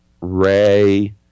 Ray